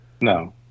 No